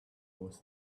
was